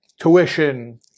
tuition